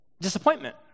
disappointment